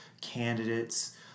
candidates